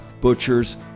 butchers